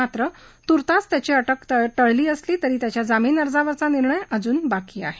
मात्र तुर्तास त्याची अटक टळली असली तरी त्याच्या जामीन अर्जावरचा निर्णय अजून बाकी आहे